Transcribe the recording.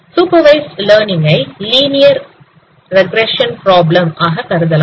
supervised learning ஐ linear regression problem ஆக கருதலாம்